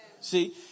See